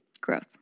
Gross